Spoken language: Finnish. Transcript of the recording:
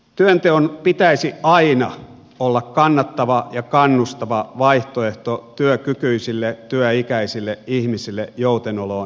työnteon pitäisi aina olla kannattava ja kannustava vaihtoehto työkykyisille työikäisille ihmisille joutenoloon verrattuna